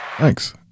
Thanks